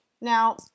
Now